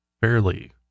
fairly